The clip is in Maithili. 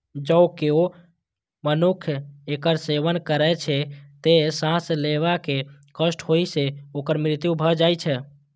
जौं केओ मनुक्ख एकर सेवन करै छै, तं सांस लेबा मे कष्ट होइ सं ओकर मृत्यु भए जाइ छै